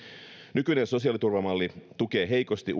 nykyinen sosiaaliturvamalli tukee heikosti